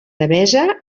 devesa